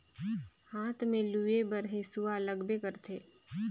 हाथ में लूए बर हेसुवा लगबे करथे